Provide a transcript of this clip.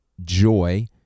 joy